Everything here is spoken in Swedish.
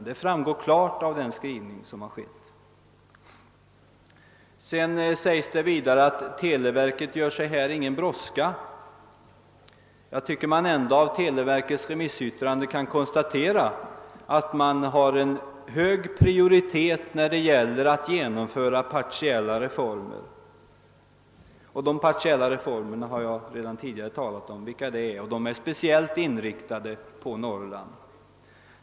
Det har vidare sagts att televerket inte gör sig någon brådska. Men av televerkets remissyttrande framgår ju att verket vill ge en hög prioritet åt partiella reformer. Jag har redan tidigare talat om att dessa partiella reformer är speciellt inriktade på Norrland.